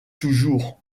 toujours